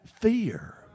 fear